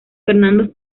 fernando